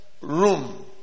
room